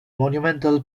monumental